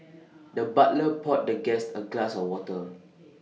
the butler poured the guest A glass of water